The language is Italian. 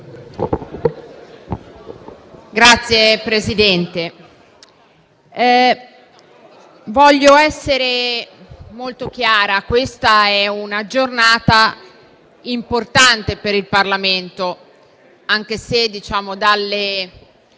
Signor Presidente, voglio essere molto chiara: questa è una giornata importante per il Parlamento, anche se dalle